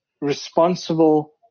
responsible